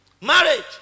Marriage